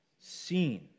seen